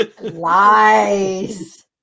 Lies